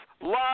love